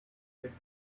dreams